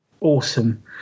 awesome